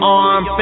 arm